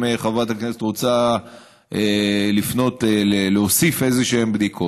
אם חברת הכנסת רוצה להוסיף איזשהן בדיקות,